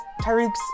Tyreek's